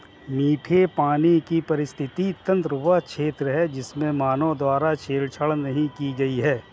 मीठे पानी का पारिस्थितिकी तंत्र वह क्षेत्र है जिसमें मानव द्वारा छेड़छाड़ नहीं की गई है